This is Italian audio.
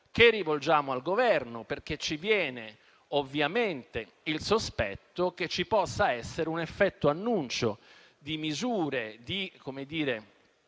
che rivolgiamo al Governo, perché ci viene ovviamente il sospetto che ci possa essere un effetto annuncio di misure di ridotto